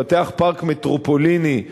לפתח פארק מטרופוליני בבאר-שבע,